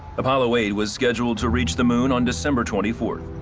apollo eight was scheduled to reach the moon on december twenty fourth.